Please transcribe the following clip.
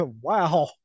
wow